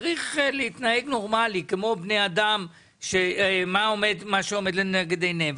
צריך להתנהג נורמלי כמו בני אדם ומה שעומד לנגד עיניהם.